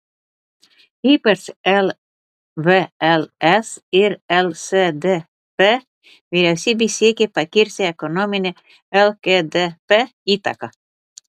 ypač lvls ir lsdp vyriausybė siekė pakirsti ekonominę lkdp įtaką